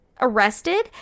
arrested